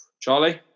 Charlie